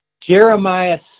jeremiah